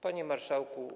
Panie Marszałku!